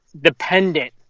dependent